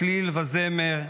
צליל וזמר,